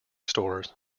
stores